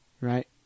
right